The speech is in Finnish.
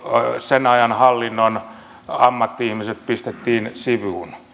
sen ajan hallinnon ammatti ihmiset pistettiin sivuun